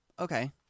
Okay